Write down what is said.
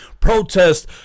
protest